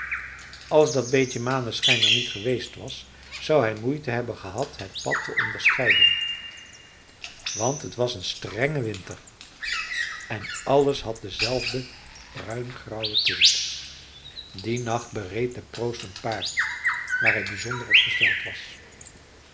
als dat beetje maneschijn er niet geweest was zou hij moeite hebben gehad het pad te onderscheiden want het was een strenge winter en alles had dezelfde bruingrauwe tint dien nacht bereed de proost een paard waar hij bizonder op gesteld was